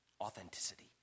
Authenticity